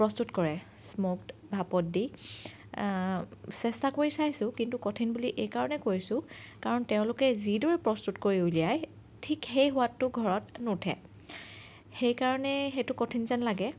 প্ৰস্তুত কৰে স্ম'কদ ভাপত দি চেষ্টা কৰি চাইছোঁ কিন্তু কঠিন বুলি এই কাৰণে কৈছোঁ কাৰণ তেওঁলোকে যিদৰে প্ৰস্তুত কৰি উলিয়ায় ঠিক সেই সোৱাদটো ঘৰত নুঠে সেইকাৰণে সেইটো কঠিন যেন লাগে